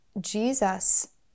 jesus